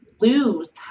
lose